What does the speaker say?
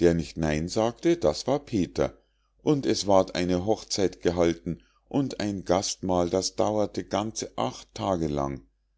der nicht nein sagte das war peter und es ward eine hochzeit gehalten und ein gastmahl das dauerte ganze acht tage lang